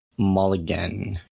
Mulligan